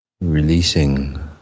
releasing